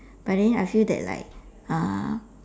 but then I feel like that like uh